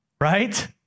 right